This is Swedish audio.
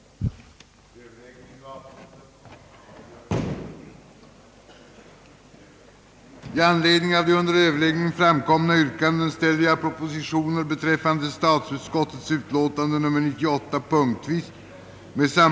att riksdagen skulle besluta snabbutreda möjligheten av att samhället i egen regi skulle driva trafikskoleutbildning samt